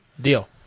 Deal